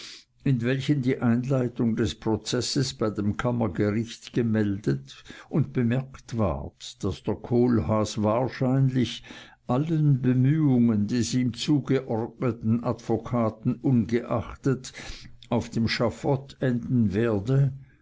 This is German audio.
in welchen die einleitung des prozesses bei dem kammergericht gemeldet und bemerkt ward daß der kohlhaas wahrscheinlich allen bemühungen des ihm zugeordneten advokaten ungeachtet auf dem schafott enden werde